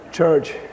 Church